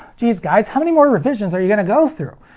jeez guys, how many more revisions are you gonna go through?